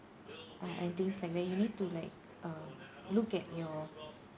uh and things like that you need to like uh look at your